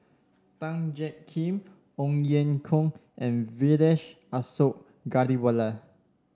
Tan Jiak Kim Ong Ye Kung and Vijesh Ashok Ghariwala